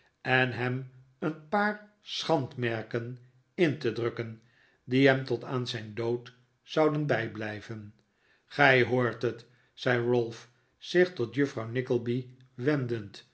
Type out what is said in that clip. en hem een paar schandmerken in te drukken die hem tot aan zijn dood zoudeh bijblijven gij hoort het zei ralph zich tot juffrouw nickleby